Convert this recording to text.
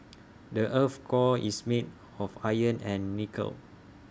the Earth's core is made of iron and nickel